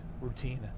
routine